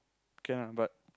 can lah but